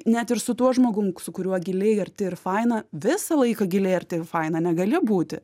net ir su tuo žmogum su kuriuo giliai arti ir faina visą laiką giliai arti ir faina negali būti